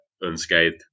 unscathed